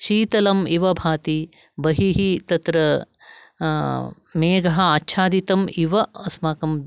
शीतलम् इव भाति बहिः तत्र मेघः आच्छादितम् इव अस्माकं